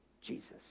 Jesus